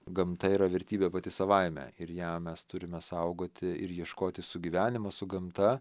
gamta yra vertybė pati savaime ir ją mes turime saugoti ir ieškoti sugyvenimo su gamta